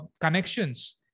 connections